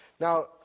Now